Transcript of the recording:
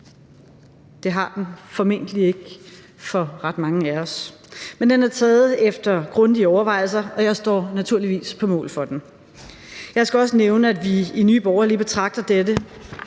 det har den formentlig ikke for ret mange af os. Men den er taget efter grundige overvejelser, og jeg står naturligvis på mål for den. Jeg skal også nævne, at vi i Nye Borgerlige ikke kun betragter dette